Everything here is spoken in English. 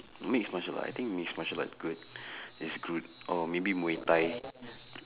mixed martial arts I think mixed martial art good is good or maybe muay-thai